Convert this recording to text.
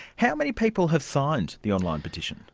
how many people have signed the online partition?